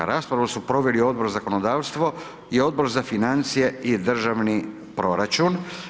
Raspravu su proveli Odbor za zakonodavstvo i Odbor za financije i državni proračun.